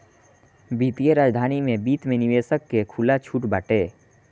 वित्तीय राजधानी में वित्त में निवेशक के खुला छुट बाटे